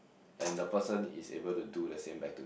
and the person is able to do the same back to